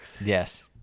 Yes